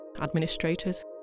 administrators